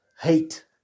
hate